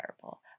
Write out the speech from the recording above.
terrible